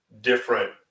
different